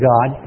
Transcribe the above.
God